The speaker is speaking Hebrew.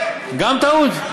גם טעות?